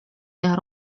teha